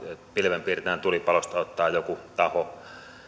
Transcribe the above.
pilvenpiirtäjän tulipalosta ottaa joku taho